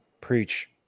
Preach